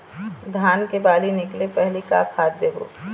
धान के बाली निकले पहली का खाद देबो?